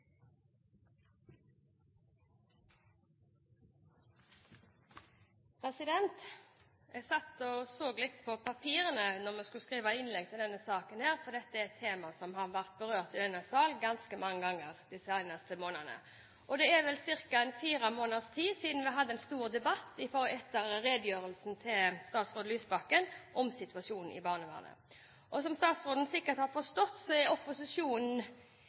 Jeg satt og så litt på papirene da jeg skulle skrive innlegget i denne saken, for dette er et tema som har vært berørt i denne salen ganske mange ganger de seneste månedene. Det er vel ca. fire måneder siden vi hadde en stor debatt etter redegjørelsen til statsråd Lysbakken om situasjonen i barnevernet. Som statsråden sikkert har forstått, er opposisjonen, i likhet med flertallsregjeringen, bekymret for barnevernet. Likevel er opposisjonen